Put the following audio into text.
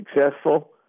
successful